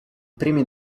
primi